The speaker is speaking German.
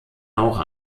auch